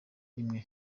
imwe